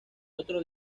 otro